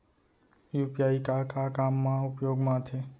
UPI का का काम मा उपयोग मा आथे?